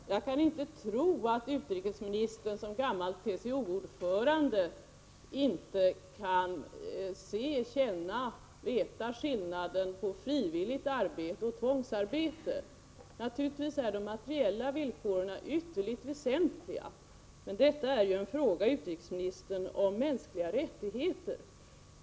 Fru talman! Jag kan inte tro att utrikesministern, som gammal TCO ordförande, inte kan se, känna eller veta skillnaden på frivilligt arbete och tvångsarbete. Naturligtvis är de materiella villkoren ytterligt väsentliga, men detta, utrikesministern, är en fråga om mänskliga rättigheter.